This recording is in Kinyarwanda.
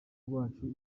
rwacu